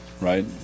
right